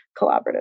collaborative